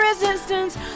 resistance